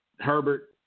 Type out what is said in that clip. Herbert